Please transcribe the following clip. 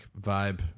vibe